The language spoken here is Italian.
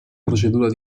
procedura